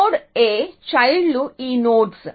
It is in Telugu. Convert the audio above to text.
నోడ్ a చైల్డ్ లు ఈ నోడ్స్